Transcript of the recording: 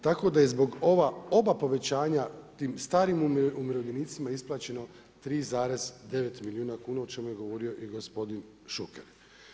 Tako da je zbog ova oba povećanja tim starim umirovljenicima isplaćeno 3,9 milijuna kuna o čemu je govorio i gospodin Šuker.